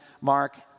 Mark